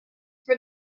were